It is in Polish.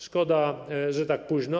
Szkoda, że tak późno.